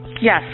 Yes